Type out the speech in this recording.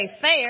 fair